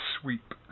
sweep